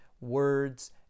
words